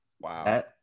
Wow